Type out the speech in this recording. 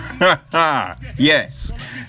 Yes